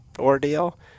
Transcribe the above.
ordeal